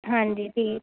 ਹਾਂਜੀ ਠੀਕ